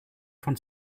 von